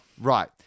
Right